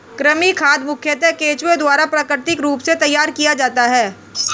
कृमि खाद मुखयतः केंचुआ द्वारा प्राकृतिक रूप से तैयार किया जाता है